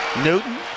Newton